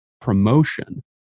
promotion